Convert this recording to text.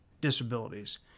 disabilities